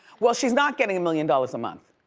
well, she's not getting a million dollars a month.